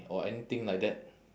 or anything like that